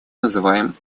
называем